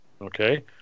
okay